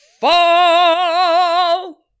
fall